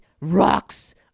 rocks